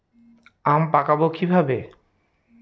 আম পাকাবো কিভাবে?